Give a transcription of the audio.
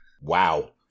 Wow